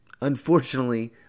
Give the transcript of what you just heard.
unfortunately